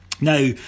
Now